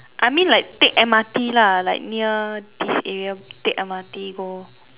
I mean like take M_R_T lah like near this area take M_R_T go